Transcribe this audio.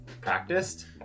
practiced